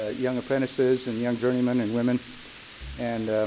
ah young apprentices and young journeymen and women and